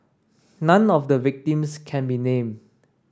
none of the victims can be named